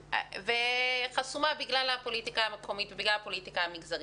והדרך חסומה בגלל הפוליטיקה המקומית ובגלל הפוליטיקה המגזרית,